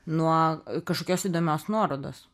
nuo kažkokios įdomios nuorodos